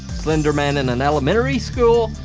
slender man in an elementary school,